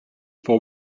for